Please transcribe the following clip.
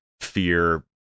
fear